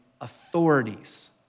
authorities